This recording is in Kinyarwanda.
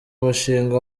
mushinga